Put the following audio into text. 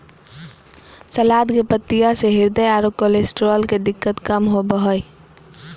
सलाद के पत्तियाँ से हृदय आरो कोलेस्ट्रॉल के दिक्कत कम होबो हइ